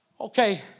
Okay